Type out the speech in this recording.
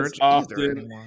often